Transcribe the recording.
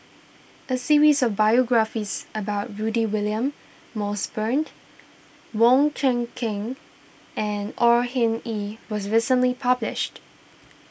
a series of biographies about Rudy William Mosbergen Wong Kan Seng and Au Hing Yee was recently published